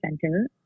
center